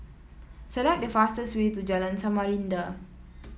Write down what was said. select the fastest way to Jalan Samarinda